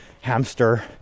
hamster